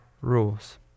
rules